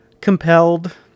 compelled